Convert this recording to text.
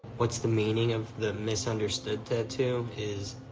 what's the meaning of the misunderstood tattoo is